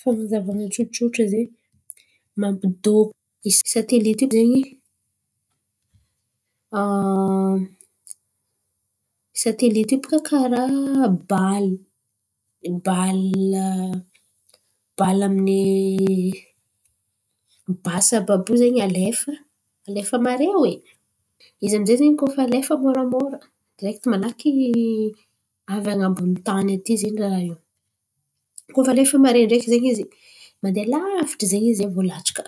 Fan̈azavana tsotsotra zen̈y mampidoko satelita io zen̈y satelita io baka karà bala bala bala amin’ny basy àby àby io zen̈y alefa alefa mare oe. Izy amizay ze koa fa alefa moramora direkity malaky avy an̈abony’ny tany aty zen̈y raha io. Koa alefa mare ndraiky mandeha lavitry ze zay latsaka